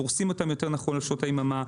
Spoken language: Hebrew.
פורסים אותם יותר נכון על שעות היממה,